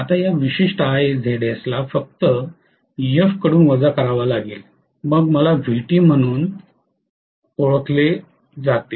आता या विशिष्ट IaZs ला फक्त Ef कडून वजा करावे लागेल मग मला Vt म्हणून ओळखले जाते